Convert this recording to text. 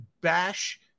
bash